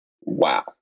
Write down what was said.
wow